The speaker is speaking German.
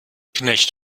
knecht